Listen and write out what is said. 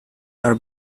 are